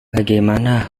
bagaimana